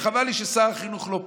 חבל לי ששר החינוך לא פה.